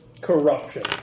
corruption